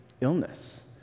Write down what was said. illness